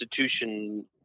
institution